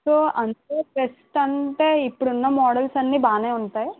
so అందులో best అంటే ఇప్పుడున్న మోడల్స్ అన్నీ బాగానే ఉంటాయి